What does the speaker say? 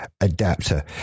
adapter